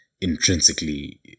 intrinsically